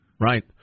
Right